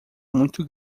muito